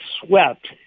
swept